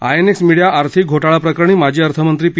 INX media आर्थिक घोटाळाप्रकरणी माजी अर्थमंत्री पी